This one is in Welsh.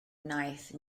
wnaeth